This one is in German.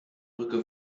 brücke